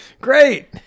Great